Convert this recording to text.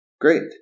Great